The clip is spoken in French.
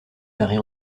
marie